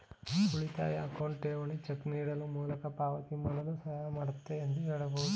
ಉಳಿತಾಯ ಅಕೌಂಟ್ ಠೇವಣಿ ಚೆಕ್ ನೀಡುವ ಮೂಲಕ ಪಾವತಿ ಮಾಡಲು ಸಹಾಯ ಮಾಡುತ್ತೆ ಎಂದು ಹೇಳಬಹುದು